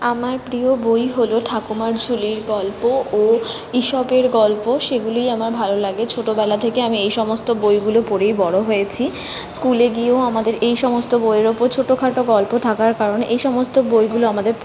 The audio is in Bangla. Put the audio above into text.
আমার প্রিয় বই হল ঠাকুরমার ঝুলির গল্প ও ঈশপের গল্প সেগুলিই আমার ভালো লাগে ছোটবেলা থেকে আমি এই সমস্ত বইগুলো পড়েই বড় হয়েছি স্কুলে গিয়েও আমাদের এই সমস্ত বইয়ের উপর ছোটখাটো গল্প থাকার কারণে এই সমস্ত বইগুলো আমাদের